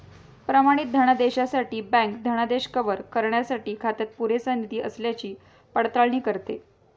प्रमाणित धनादेशासाठी बँक धनादेश कव्हर करण्यासाठी खात्यात पुरेसा निधी असल्याची पडताळणी करते